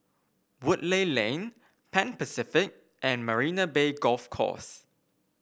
Woodleigh Lane Pan Pacific and Marina Bay Golf Course